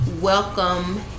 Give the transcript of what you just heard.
welcome